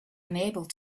unable